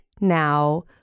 now